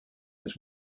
this